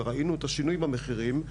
וראינו את השינוי במחירים.